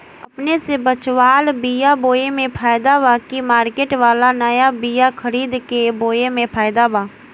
अपने से बचवाल बीया बोये मे फायदा बा की मार्केट वाला नया बीया खरीद के बोये मे फायदा बा?